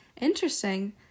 Interesting